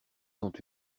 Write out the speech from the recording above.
sont